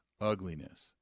ugliness